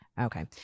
okay